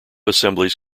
assemblies